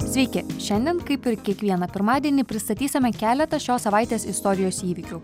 sveiki šiandien kaip ir kiekvieną pirmadienį pristatysime keletą šios savaitės istorijos įvykių